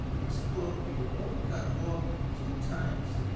explode your autocad block two times.